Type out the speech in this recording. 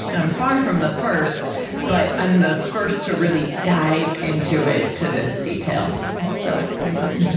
and i'm far from the first but i'm the first to really dive into it to this detail. that's so exciting.